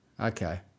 Okay